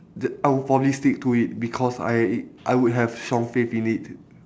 the~ I'll probably stick to it because I I would have some faith in it